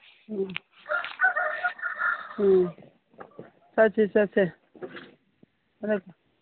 ꯎꯝ ꯆꯠꯁꯤ ꯆꯠꯁꯤ